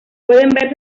pueden